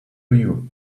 you